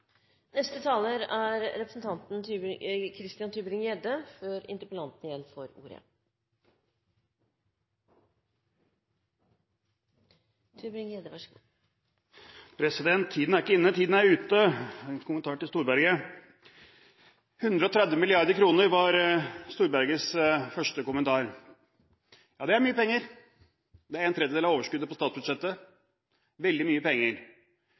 Tiden er ikke inne, tiden er ute – en kommentar til Storberget. 130 mrd. kr var Storbergets første kommentar. Ja, det er mye penger. Det er en tredjedel av overskuddet på statsbudsjettet – veldig mye penger.